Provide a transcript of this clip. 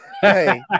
Hey